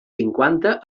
cinquanta